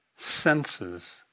senses